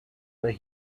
but